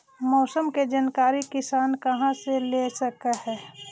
मौसम के जानकारी किसान कहा से ले सकै है?